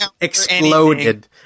exploded